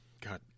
God